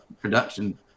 production